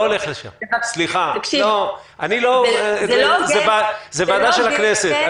זה ועדה של הכנסת.